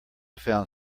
found